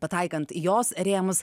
pataikant į jos rėmus